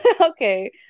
Okay